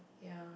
ya